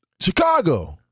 Chicago